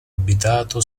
abitato